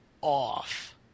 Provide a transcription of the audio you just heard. off